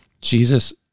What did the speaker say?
Jesus